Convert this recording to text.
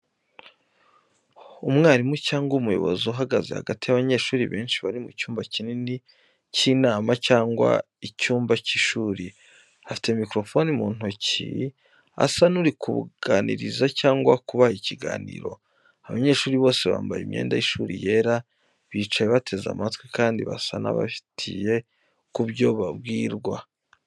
Umwarimu cyangwa umuyobozi uhagaze hagati y’abanyeshuri benshi, bari mu cyumba kinini cy’inama cyangwa icyumba cy’ishuri. Afite mikorofone mu ntoki, asa n’uri kubaganiriza cyangwa kubaha ikiganiro. Abanyeshuri bose bambaye imyenda y’ishuri yera, bicaye bateze amatwi kandi basa n’abitaye ku byo babwirwa.